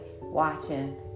watching